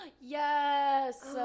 Yes